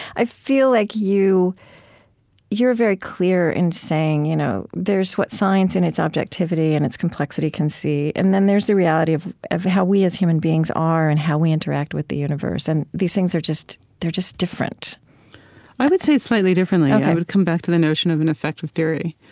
i feel like you you're very clear in saying you know there's what science and its objectivity and its complexity can see, and then there's the reality of of how we as human beings are and how we interact with the universe. and these things are just they're just different i would say it slightly differently. i would come back to the notion of an effective theory.